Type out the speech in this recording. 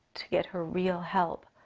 to get her real help.